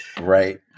Right